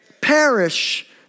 perish